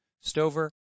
Stover